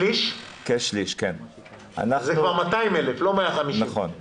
זה כבר 200,000, לא 150,000. נכון.